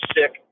sick